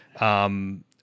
um-